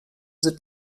sind